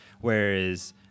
Whereas